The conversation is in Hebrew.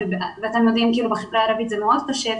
אתה מבין שבחברה הערבית זה נורא קשה,